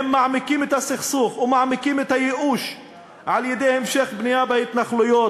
מעמיקים את הסכסוך ומעמיקים את הייאוש על-ידי המשך בנייה בהתנחלויות,